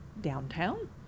downtown